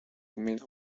milk